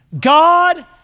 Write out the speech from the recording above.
God